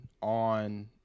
on